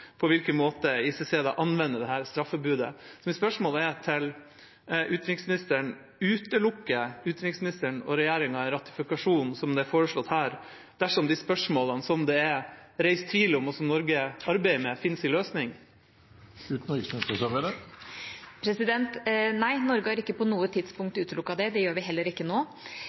på hvilken måte ICC anvender dette straffebudet. Spørsmålet til utenriksministeren er: Utelukker hun og resten av regjeringa en ratifikasjon, som det er foreslått her, dersom de spørsmålene det er reist tvil om, og som Norge arbeider med, finner sin løsning? Nei, Norge har ikke på noe tidspunkt utelukket det. Det gjør vi heller ikke nå.